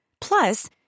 Plus